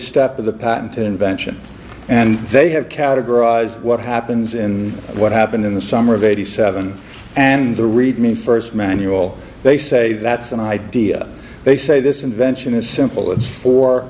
step of the patent invention and they have categorized what happens in what happened in the summer of eighty seven and the read me first manual they say that's an idea they say this invention is simple it's for